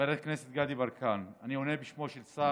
חבר הכנסת גדי יברקן, אני עונה בשם שר